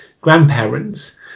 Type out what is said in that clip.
grandparents